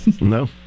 no